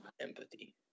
Empathy